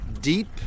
deep